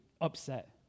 upset